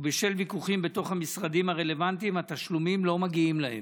ובשל ויכוחים בתוך המשרדים הרלוונטיים התשלומים לא מגיעים אליהם.